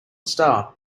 star